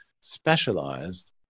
specialized